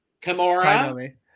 Kimura